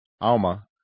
Alma